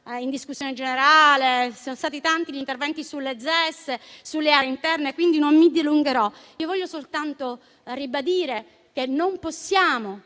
in discussione generale e ci sono stati diversi interventi sulle ZES e sulle aree interne, per cui non mi dilungherò. Voglio soltanto ribadire che non possiamo